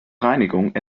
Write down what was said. reinigung